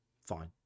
fine